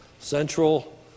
Central